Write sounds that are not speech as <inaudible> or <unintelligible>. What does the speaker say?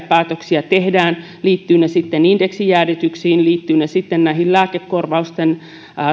<unintelligible> päätöksiä tehdään liittyvät ne sitten indeksijäädytyksiin liittyvät ne sitten lääkekorvausten omavastuun